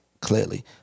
clearly